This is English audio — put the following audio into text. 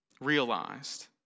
realized